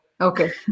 Okay